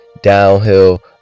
downhill